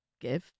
give